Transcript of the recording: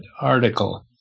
article